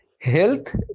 health